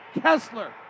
Kessler